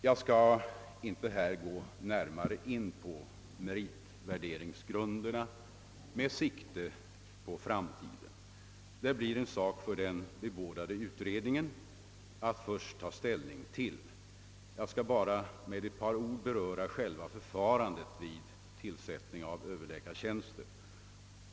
Jag skall inte här gå närmare in på meritvärderingsgrunderna med sikte på framtiden — det blir en sak för den bebådade utredningen att först ta ställning till. Jag vill bara säga ett par ord om själva förfarandet vid tillsättandet av överläkartjänster.